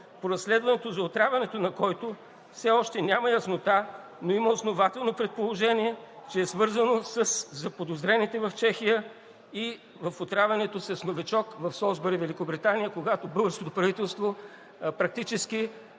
по разследването за отравянето, на който все още няма яснота, но има основателно предположение, че е свързано със заподозрените в Чехия и в отравянето с „Новичок“ в Солсбъри, Великобритания, когато българското правителство практически